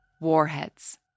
Warheads